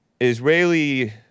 Israeli